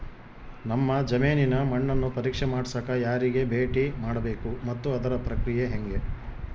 ನಮ್ಮ ಜಮೇನಿನ ಮಣ್ಣನ್ನು ಪರೇಕ್ಷೆ ಮಾಡ್ಸಕ ಯಾರಿಗೆ ಭೇಟಿ ಮಾಡಬೇಕು ಮತ್ತು ಅದರ ಪ್ರಕ್ರಿಯೆ ಹೆಂಗೆ?